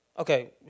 Okay